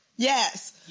Yes